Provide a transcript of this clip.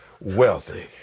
wealthy